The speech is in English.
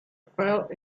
felt